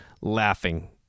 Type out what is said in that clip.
laughing